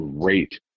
great